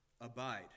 abide